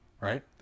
right